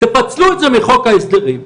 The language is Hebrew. תפצלו את זה מחוק ההסדרים,